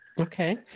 Okay